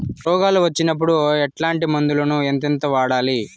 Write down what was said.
రోగాలు వచ్చినప్పుడు ఎట్లాంటి మందులను ఎంతెంత వాడాలి?